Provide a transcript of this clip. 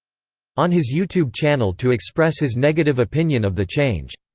on his youtube channel to express his negative opinion of the change.